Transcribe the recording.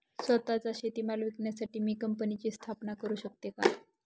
स्वत:चा शेतीमाल विकण्यासाठी मी कंपनीची स्थापना करु शकतो का?